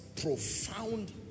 profound